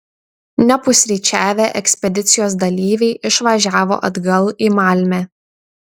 nepusryčiavę ekspedicijos dalyviai išvažiavo atgal į malmę